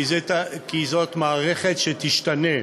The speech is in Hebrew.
כי זאת מערכת שתשתנה.